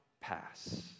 pass